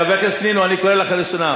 חברת הכנסת נינו, אני קורא אותך לראשונה.